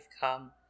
come